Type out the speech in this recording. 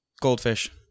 Goldfish